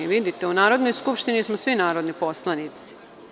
Vidite, u Narodnoj skupštini smo svi narodni poslanici.